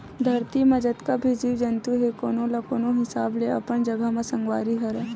धरती म जतका भी जीव जंतु हे कोनो न कोनो हिसाब ले अपन जघा म संगवारी हरय